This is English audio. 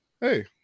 hey